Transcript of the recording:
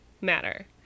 matter